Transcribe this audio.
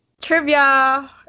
trivia